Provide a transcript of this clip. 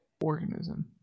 Organism